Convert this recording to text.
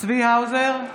צבי האוזר,